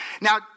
Now